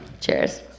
Cheers